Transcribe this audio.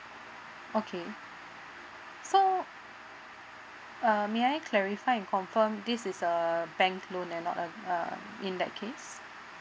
okay so uh may I clarify and confirm this is a bank loan and not a uh in that case